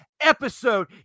episode